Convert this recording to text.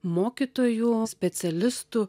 mokytojų specialistų